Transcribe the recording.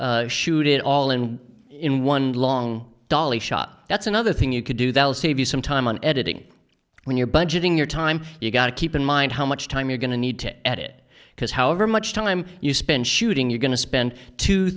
shoot it all and in one long dolly shot that's another thing you can do that will save you some time on editing when you're budgeting your time you've got to keep in mind how much time you're going to need to edit because however much time you spend shooting you're going to spend two